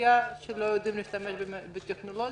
אוכלוסייה שלא יודעות להשתמש בטכנולוגיה.